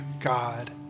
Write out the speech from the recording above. God